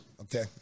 Okay